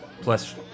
plus